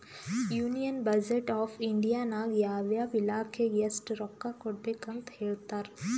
union budget of India ನಾಗ್ ಯಾವ ಯಾವ ಇಲಾಖೆಗ್ ಎಸ್ಟ್ ರೊಕ್ಕಾ ಕೊಡ್ಬೇಕ್ ಅಂತ್ ಹೇಳ್ತಾರ್